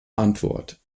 antwort